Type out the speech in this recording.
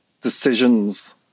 decisions